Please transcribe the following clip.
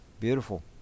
beautiful